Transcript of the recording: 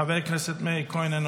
חבר הכנסת מאיר כהן,